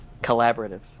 Collaborative